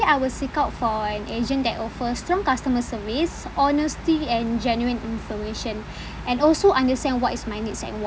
I will seek out for an agent that offer strong customer service honesty and genuine information and also understand what is my needs and wants